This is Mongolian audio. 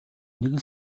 нэг